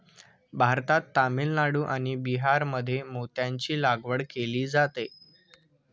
भारतात तामिळनाडू आणि बिहारमध्ये मोत्यांची लागवड केली जाते